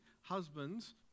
husbands